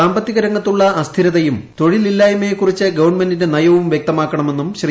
സാമ്പത്തിക രംഗത്തുള്ള അസ്ഥിരതയും തൊഴിലില്ലായ്മയെ കുറിച്ചു ഗവണ്മെന്റിന്റെ നയം വൃക്തമാക്കണമെന്നും ശ്രീ